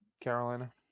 Carolina